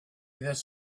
this